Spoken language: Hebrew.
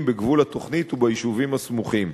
בגבול התוכנית וביישובים הסמוכים.